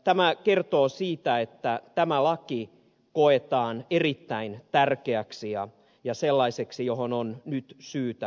tämä kertoo siitä että tämä laki koetaan erittäin tärkeäksi ja sellaiseksi johon on nyt syytä puuttua